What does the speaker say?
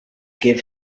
give